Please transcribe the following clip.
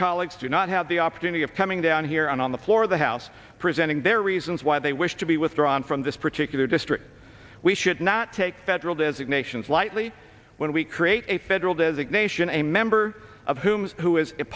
colleagues do not have the opportunity of coming down here on the floor of the house presenting their reasons why they wish to be withdrawn from this particular district we should not take federal designations lightly when we create a federal designation a member of whom who is